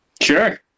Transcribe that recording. Sure